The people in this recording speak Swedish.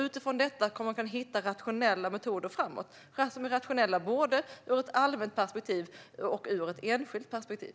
Utifrån detta kommer man att hitta rationella metoder framåt både ur ett allmänt perspektiv och ur ett enskilt perspektiv.